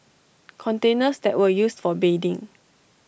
containers that were used for bathing